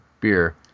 beer